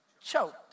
choked